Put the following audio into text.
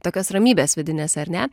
tokios ramybės vidinės ar ne